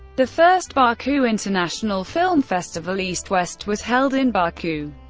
the first baku international film festival east-west was held in baku.